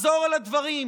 אחזור על הדברים: